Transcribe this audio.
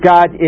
God